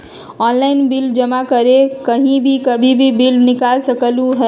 Online bill जमा कहीं भी कभी भी बिल निकाल सकलहु ह?